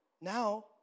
now